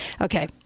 Okay